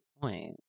point